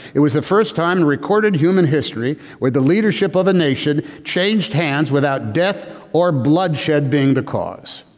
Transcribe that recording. it was the first time in recorded human history with the leadership of a nation changed hands without death or bloodshed being the cause.